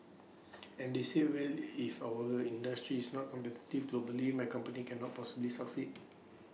and they said well if our industry is not competitive globally my company cannot possibly succeed